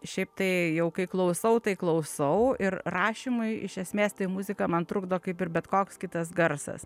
šiaip tai jau kai klausau tai klausau ir rašymui iš esmės tai muzika man trukdo kaip ir bet koks kitas garsas